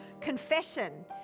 confession